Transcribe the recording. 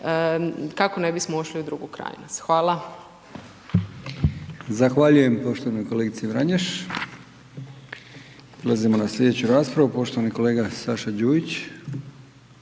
kako ne bismo ušli u drugu krajnost. Hvala. **Brkić, Milijan (HDZ)** Zahvaljujem poštovanoj kolegici Vranješ. Prelazimo na sljedeću raspravu, poštovani kolega Saša Đujić,